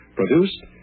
produced